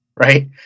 Right